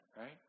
right